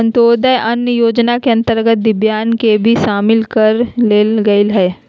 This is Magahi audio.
अंत्योदय अन्न योजना के अंतर्गत दिव्यांग के भी शामिल कर लेल गेलय हइ